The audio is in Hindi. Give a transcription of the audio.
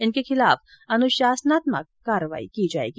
इनके खिलाफ अनुशासनात्मक कार्यवाही की जाएगी